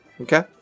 Okay